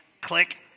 Click